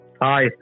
Hi